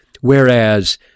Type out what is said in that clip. whereas